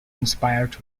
inspired